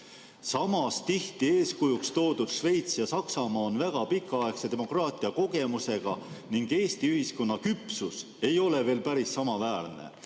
"Samas tihti eeskujuks toodud Šveits ja Saks[a]maa on väga pikaaegse demokraatia kogemusega ning Eesti ühiskonna küpsus ei ole veel päris samaväärne.